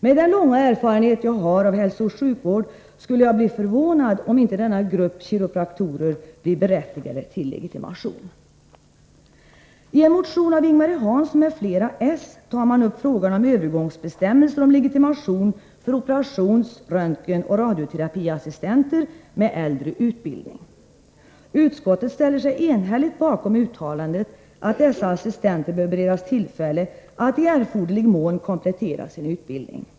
Med den långa erfarenhet jag har av hälsooch sjukvård skulle jag bli förvånad, om inte denna grupp kiropraktorer blir berättigad till legitimation. I en motion av Ing-Marie Hansson m.fl. tar man upp frågan om övergångsbestämmelser om legitimation för operations-, röntgenoch radioterapiassistenter med äldre utbildning. Utskottet ställer sig enhälligt bakom uttalandet att dessa assistenter bör beredas tillfälle att i erforderlig mån komplettera sin utbildning.